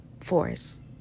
force